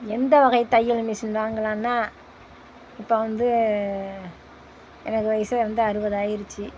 எந்த வகை தையலு மிஷின் வாங்கலாம்ன்னா இப்போ வந்து எனக்கு வயசு வந்து அறுபது ஆகிருச்சி